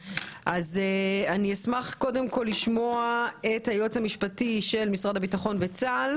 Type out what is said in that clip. אני אשמח לשמוע קודם כל את היועץ המשפטי של משרד הביטחון וצה"ל,